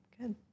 good